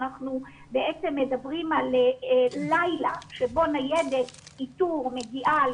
אנחנו בעצם מדברים על לילה שבו ניידת איתור מגיעה